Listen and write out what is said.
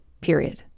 period